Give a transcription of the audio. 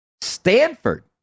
Stanford